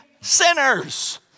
sinners